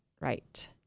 Right